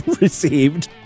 received